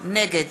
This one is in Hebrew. נגד